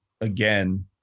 again